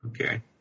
Okay